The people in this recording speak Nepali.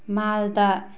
मालदा